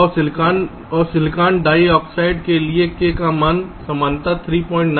और silicon dioxide के लिए k का मान सामान्यतया 39 है